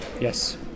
Yes